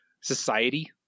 society